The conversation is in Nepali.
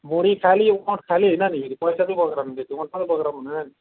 भुँडी खाली ओठ खाली होइन नि फेरि पैसा चाहिँ बोकेर आउनु नि फेरि ओठ मात्रै बोकेर आउनु हुँदैन नि